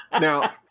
Now